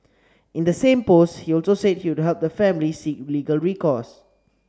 in the same post he also said he would help the family seek legal recourse